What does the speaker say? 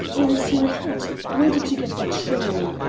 where is your hat? where did you get that shawl?